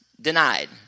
denied